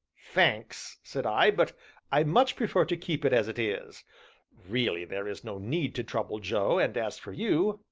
thanks, said i, but i much prefer to keep it as it is really there is no need to trouble joe, and as for you,